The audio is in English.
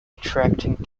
attracting